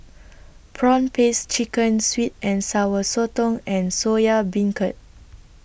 Prawn Paste Chicken Sweet and Sour Sotong and Soya Beancurd